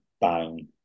bang